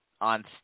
on